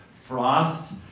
frost